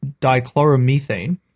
dichloromethane